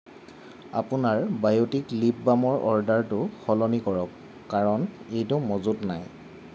আপোনাৰ Biotique lip বামৰ অৰ্ডাৰটো সলনি কৰা কাৰণ এইটো মজুত নাই